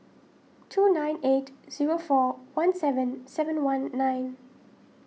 two nine eight zero four one seven seven one nine